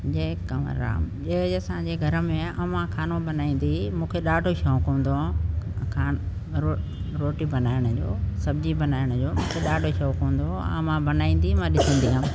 जय कंवरराम जे असांजे घर में अम्मा खानो बनाईंदी हुई मूंखे ॾाढो शौंक़ु हूंदो हो खाइण रो रोटी बनाइण जो सभिजी बनाइण जो मूंखे ॾाढो शौंक़ु हूंदो हो अम्मां बनाईंदी हुई मां ॾिसंदी हुयमि